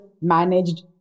managed